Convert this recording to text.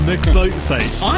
McBoatface